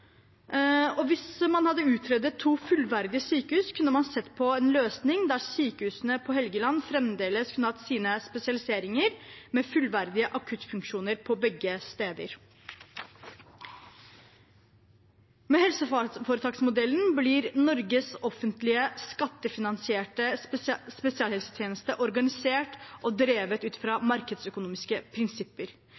avgjør. Hvis man hadde utredet to fullverdige sykehus, kunne man sett på en løsning der sykehusene på Helgeland fremdeles kunne hatt sine spesialiseringer med fullverdige akuttfunksjoner begge steder. Med helseforetaksmodellen blir Norges offentlige, skattefinansierte spesialisthelsetjeneste organisert og drevet ut fra